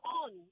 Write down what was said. on